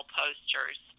posters